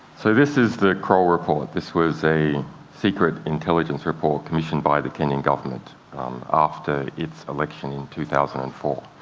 so this is the kroll report. this was a secret intelligence report commissioned by the kenyan government after its election in two thousand and four.